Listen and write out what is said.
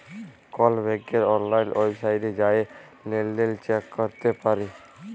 call ব্যাংকের অললাইল ওয়েবসাইটে জাঁয়ে লেলদেল চ্যাক ক্যরতে পারি